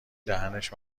دهنش